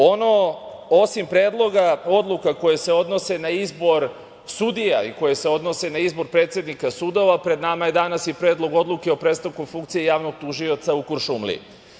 Osim predloga odluka koje se odnose na izbor sudija i koje se odnose na izbor predsednika sudova, pred nama je danas i Predlog odluke o prestanku funkcije javnog tužioca u Kuršumliji.